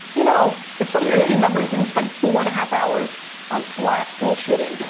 you know, if some of your team members didn't spend four and a half hours on slack bullshitting,